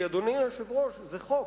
כי, אדוני היושב-ראש, זה חוק,